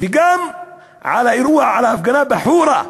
וגם על האירוע, על ההפגנה בחורה,